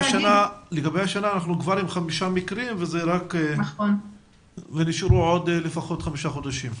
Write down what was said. לגבי השנה אנחנו כבר עם חמישה מקרים ונשארו לפחות עוד חמישה חודשים.